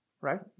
right